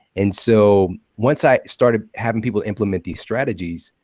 and so once i started having people implement these strategies,